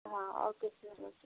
okay sir okay sir